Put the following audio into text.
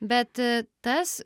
bet tas